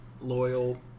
loyal